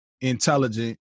intelligent